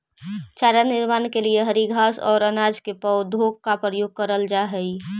चारा निर्माण के लिए हरी घास और अनाज के पौधों का प्रयोग करल जा हई